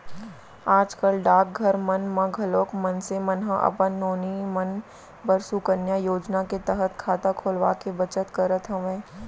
आज कल डाकघर मन म घलोक मनसे मन ह अपन नोनी मन बर सुकन्या योजना के तहत खाता खोलवाके बचत करत हवय